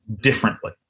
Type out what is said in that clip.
differently